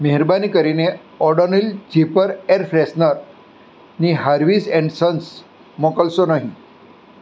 મહેરબાની કરીને Odonil zipper air ફ્રેશનરની હાર્વિસ એન્ડ સન્સ મોકલશો નહીં